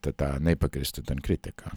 ta ta nepagrįsta ten kritika